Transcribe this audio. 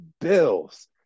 bills